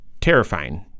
terrifying